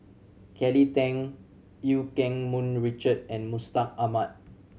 Kelly Tang Eu Keng Mun Richard and Mustaq Ahmad